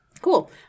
Cool